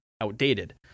outdated